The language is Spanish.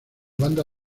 banda